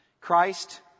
Christ